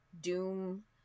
Doom